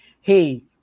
hey